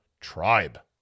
tribe